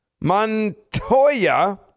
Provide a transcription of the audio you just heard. Montoya